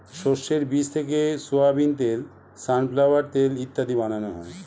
শস্যের বীজ থেকে সোয়াবিন তেল, সানফ্লাওয়ার তেল ইত্যাদি বানানো হয়